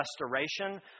restoration